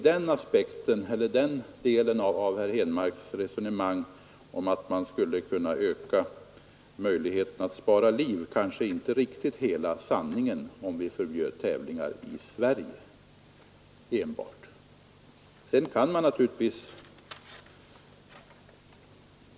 Herr Henmarks resonemang om att vi skulle kunna öka möjligheterna att spara liv om vi förbjöd sådana tävlingar enbart i Sverige tror jag därför inte är riktigt hela sanningen.